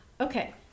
okay